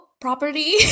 property